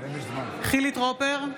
חילי טרופר,